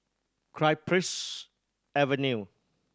Cypress Avenue